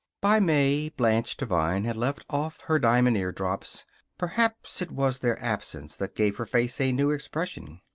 by may, blanche devine had left off her diamond eardrops perhaps it was their absence that gave her face a new expression.